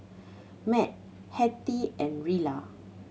Mat Hattie and Rilla